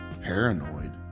paranoid